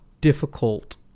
difficult